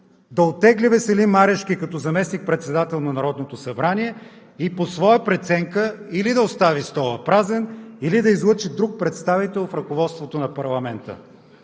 да оттегли Веселин Марешки като заместник-председател на Народното събрание и по своя преценка или да остави стола празен, или да излъчи друг представител в ръководството на парламента.